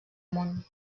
món